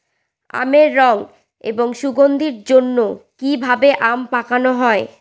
আমের রং এবং সুগন্ধির জন্য কি ভাবে আম পাকানো হয়?